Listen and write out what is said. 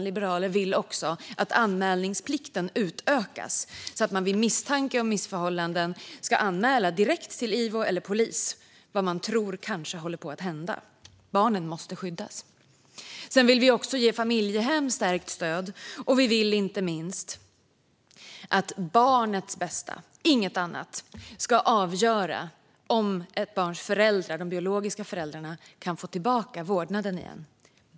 Vi liberaler vill också att anmälningsplikten utökas så att man vid misstanke om missförhållanden ska anmäla direkt till IVO eller polis vad man tror kanske håller på att hända. Barnen måste skyddas. Vi vill också ge familjehem stärkt stöd. Vi vill inte minst att barnets bästa och inget annat ska avgöra om de biologiska föräldrarna kan få tillbaka vårdnaden igen.